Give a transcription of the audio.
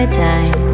time